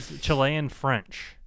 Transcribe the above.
Chilean-French